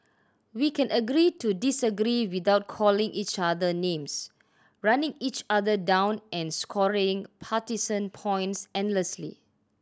we can agree to disagree without calling each other names running each other down and scoring partisan points endlessly